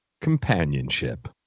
companionship